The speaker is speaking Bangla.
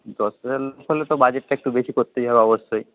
দশ হাজার লোক হলে তো বাজেটটা একটু বেশি করতেই হবে অবশ্যই